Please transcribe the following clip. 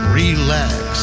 relax